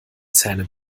zähne